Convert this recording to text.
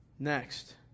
Next